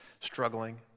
struggling